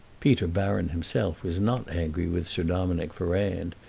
peter baron himself was not angry with sir dominick ferrand,